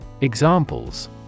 Examples